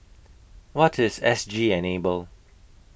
What IS S G Enable